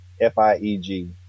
F-I-E-G